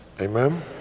Amen